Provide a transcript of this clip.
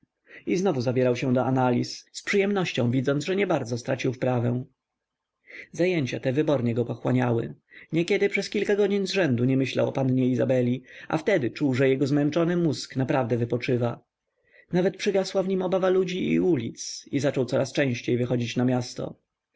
i znowu zabierał się do analiz z przyjemnością widząc że niebardzo stracił wprawę zajęcia te wybornie go pochłaniały niekiedy przez kilka godzin zrzędu nie myślał o pannie izabeli a wtedy czuł że jego zmęczony mózg naprawdę wypoczywa nawet przygasła w nim obawa ludzi i ulic i zaczął coraz częściej wychodzić na miasto